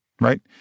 right